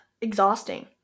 exhausting